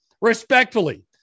respectfully